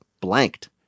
blanked